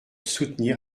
soutenir